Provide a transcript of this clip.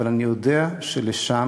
אבל אני יודע שלשם